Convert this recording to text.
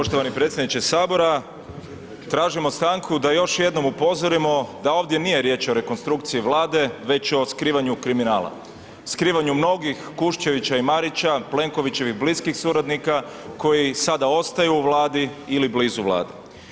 Poštovani predsjedniče Sabora, tražimo stanku da još jednom upozorimo da ovdje nije riječ o rekonstrukciji Vlade već o skrivanju kriminala, skrivanju mnogih, Kuščevića i Marića, Plenkovićevih bliskih suradnika koji sada ostaju u Vladi ili blizu Vlade.